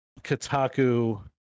Kotaku